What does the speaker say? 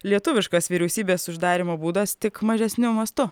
lietuviškas vyriausybės uždarymo būdas tik mažesniu mastu